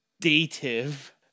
dative